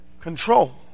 Control